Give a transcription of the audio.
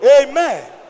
Amen